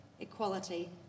equality